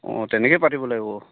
অঁ তেনেকেই পাতিব লাগিব